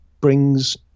brings